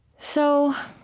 so,